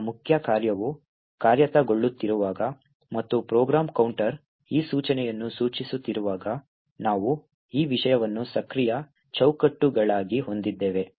ಈಗ ಮುಖ್ಯ ಕಾರ್ಯವು ಕಾರ್ಯಗತಗೊಳ್ಳುತ್ತಿರುವಾಗ ಮತ್ತು ಪ್ರೋಗ್ರಾಂ ಕೌಂಟರ್ ಈ ಸೂಚನೆಯನ್ನು ಸೂಚಿಸುತ್ತಿರುವಾಗ ನಾವು ಈ ವಿಷಯವನ್ನು ಸಕ್ರಿಯ ಚೌಕಟ್ಟುಗಳಾಗಿ ಹೊಂದಿದ್ದೇವೆ